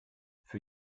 für